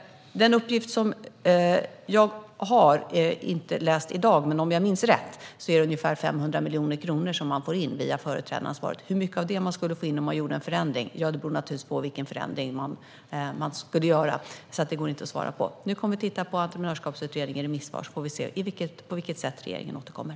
Jag har inte tagit del av uppgiften i dag, men om jag minns rätt får man in ungefär 500 miljoner kronor via företrädaransvaret. Hur mycket av det som man skulle få in om man gjorde en förändring beror naturligtvis på vilken förändring man skulle göra. Det går därför inte att svara på. Nu kommer vi att titta på Entreprenörskapsutredningens remissvar, och så får vi se på vilket sätt regeringen återkommer.